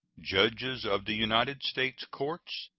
judges of the united states courts,